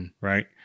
Right